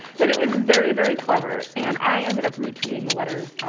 but it was very, very clever. and i ended up re-tweeting the letters,